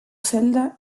celda